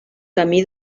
camí